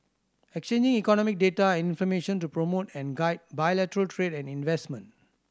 exchanging economic data and information to promote and guide bilateral trade and investment